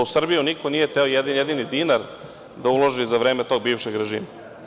U Srbiju niko nije hteo jedan jedini dinar da uloži za vreme tog bivšeg režima.